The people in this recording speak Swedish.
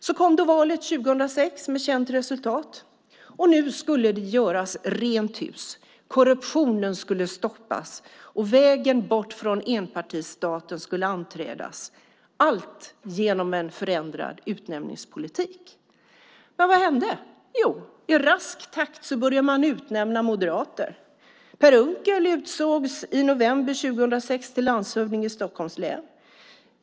Sedan kom valet 2006, med känt resultat. Nu skulle det göras rent hus. Korruptionen skulle stoppas, och vägen bort från enpartistaten skulle anträdas - allt genom en förändrad utnämningspolitik. Men vad hände? Jo, i rask takt började man utnämna moderater. Per Unckel utsågs i november 2006 till landshövding i Stockholms län.